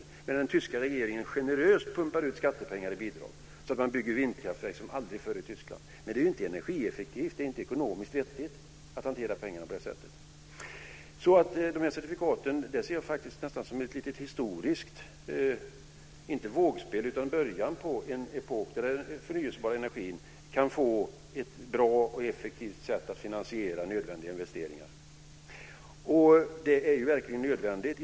Nu pumpar den tyska regeringen generöst ut skattepengar i bidrag, så att man bygger vindkraftverk i Tyskland som aldrig förr. Det är inte energieffektivt. Det är inte ekonomiskt vettigt att hantera pengarna på det sättet. Jag ser faktiskt dessa certifikat som något historiskt. Det är inte ett vågspel utan början på en epok där man kan få ett bra och effektivt sätt att finansiera nödvändiga investeringar inom den förnyelsebara energin. Det är verkligen nödvändigt.